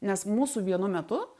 nes mūsų vienu metu